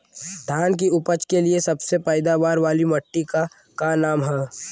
धान की उपज के लिए सबसे पैदावार वाली मिट्टी क का नाम ह?